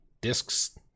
discs